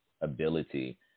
ability